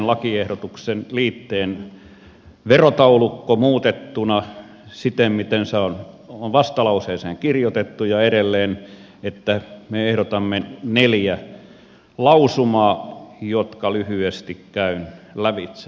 lakiehdotuksen liitteen verotaulukko muutettuna siten miten se on vastalauseeseen kirjoitettu ja edelleen me ehdotamme neljää lausumaa jotka lyhyesti käyn lävitse